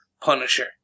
Punisher